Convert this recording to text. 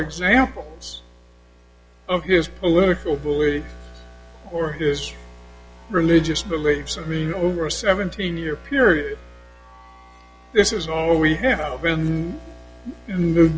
examples of his political beliefs or his religious beliefs i mean over a seventeen year period this is all we have been in the